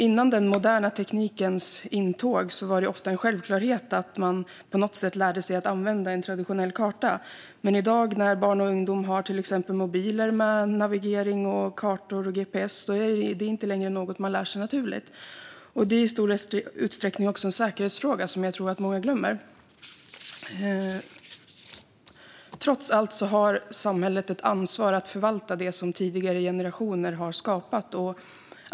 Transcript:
Före den moderna teknikens intåg var det ofta en självklarhet att man på något sätt lärde sig att använda en traditionell karta. I dag, när barn och ungdomar till exempel har mobiler med navigering, kartor och gps, är det dock inte längre något man lär sig naturligt. Det är i stor utsträckning också en säkerhetsfråga, vilket jag tror att många glömmer. Trots allt har samhället ett ansvar att förvalta det som tidigare generationer har skapat.